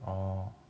orh